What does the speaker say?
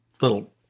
little